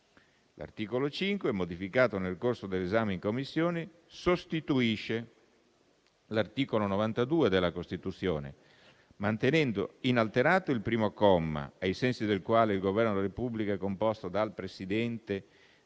L'articolo 5, modificato nel corso dell'esame in Commissione, sostituisce l'articolo 92 della Costituzione, mantenendo inalterato il primo comma, ai sensi del quale il Governo della Repubblica è composto dal Presidente